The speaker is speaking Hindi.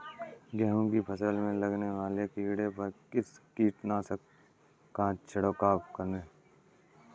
गेहूँ की फसल में लगने वाले कीड़े पर किस कीटनाशक का छिड़काव करें?